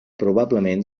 probablement